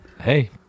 Hey